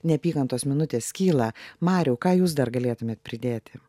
neapykantos minutės kyla mariau ką jūs dar galėtumėt pridėti